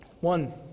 One